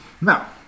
Now